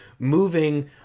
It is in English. Moving